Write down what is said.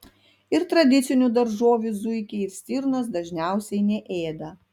ir tradicinių daržovių zuikiai ir stirnos dažniausiai neėda